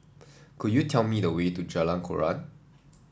could you tell me the way to Jalan Koran